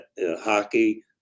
hockey